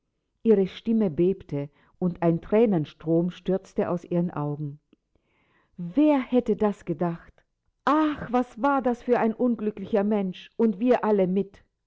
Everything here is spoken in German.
ihre stimme bebte und ein thränenstrom stürzte aus ihren augen wer hätte das gedacht ach was war das für ein unglücklicher mensch und wir alle mit